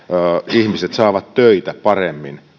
ihmiset saavat töitä paremmin